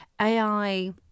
AI